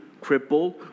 crippled